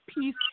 peace